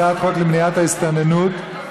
הצעת חוק למניעת ההסתננות,